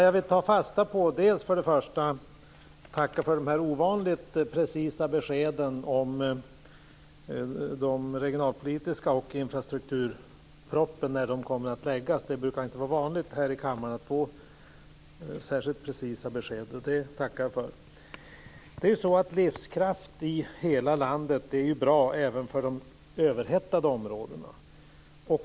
Jag vill först och främst tacka för de ovanligt precisa beskeden om när den regionalpolitiska propositionen och infrastrukturpropositionen kommer att läggas fram. Det brukar inte vara särskilt vanligt här i kammaren att få precisa besked. Det tackar jag för. Livskraft i hela landet är ju bra även för de överhettade områdena.